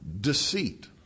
deceit